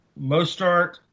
Mostart